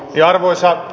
jarruissa